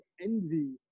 envy